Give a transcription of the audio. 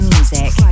Music